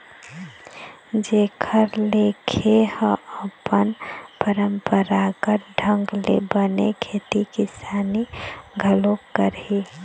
जेखर ले खे ह अपन पंरापरागत ढंग ले बने खेती किसानी घलोक करही